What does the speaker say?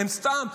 הם סתם,